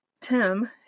Tim